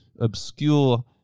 Obscure